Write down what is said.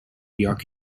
york